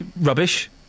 Rubbish